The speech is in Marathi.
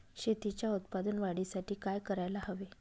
शेतीच्या उत्पादन वाढीसाठी काय करायला हवे?